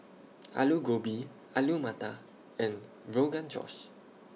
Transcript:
Alu Gobi Alu Matar and Rogan Josh